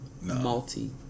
multi